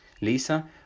Lisa